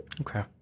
Okay